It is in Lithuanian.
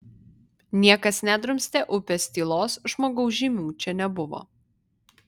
niekas nedrumstė upės tylos žmogaus žymių čia nebuvo